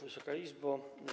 Wysoka Izbo!